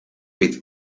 with